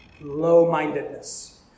low-mindedness